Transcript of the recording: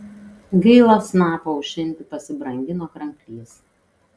gaila snapą aušinti pasibrangino kranklys